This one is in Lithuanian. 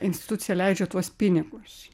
institucija leidžia tuos pinigus